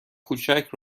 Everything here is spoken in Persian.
کوچک